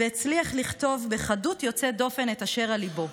והצליח לכתוב בחדות יוצאת דופן את אשר על ליבו.